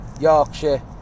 Yorkshire